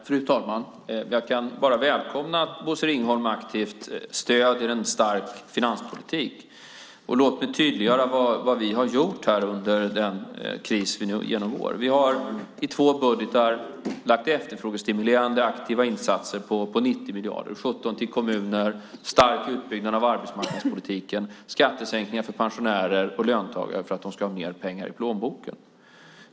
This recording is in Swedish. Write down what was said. Fru talman! Jag kan bara välkomna att Bosse Ringholm aktivt stöder en stark finanspolitik. Låt mig tydliggöra vad vi har gjort under den kris vi nu genomgår. Vi har i två budgetar gjort efterfrågestimulerande aktiva insatser på 90 miljarder, 17 till kommuner, stark utbyggnad av arbetsmarknadspolitiken samt skattesänkningar för pensionärer och löntagare för att de ska ha mer pengar i plånboken.